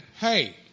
Hey